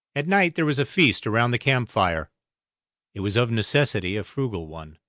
at night there was a feast around the camp fire it was of necessity a frugal one,